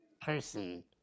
person